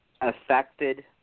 affected